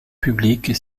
publique